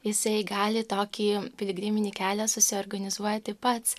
jisai gali tokį piligriminį kelią susiorganizuoti pats